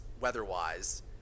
weather-wise